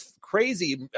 crazy